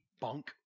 bunk